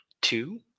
two